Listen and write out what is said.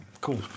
Cool